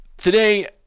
Today